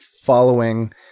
following